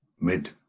mid